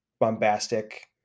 bombastic